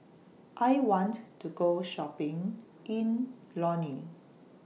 I want to Go Shopping in Lome